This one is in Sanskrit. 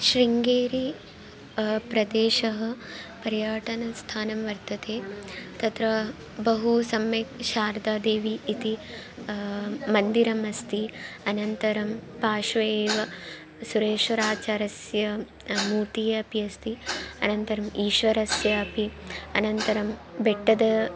शृङ्गेरी प्रदेशः पर्याटनस्थानं वर्तते तत्र बहु सम्यक् शारदा देवी इति मन्दिरम् अस्ति अनन्तरं पार्श्वे एव सुरेश्वराचार्यस्य मूर्तिः अपि अस्ति अनन्तरम् ईश्वरस्यापि अनन्तरं बेट्टद